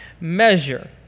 measure